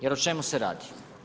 Jer o čemu se radi?